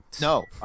no